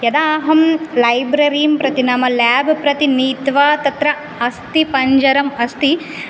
यदा अहं लैब्ररीं प्रति नाम लेब् प्रति नीत्वा तत्र अस्तिपञ्जरम् अस्ति